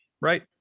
right